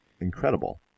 incredible